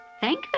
Thank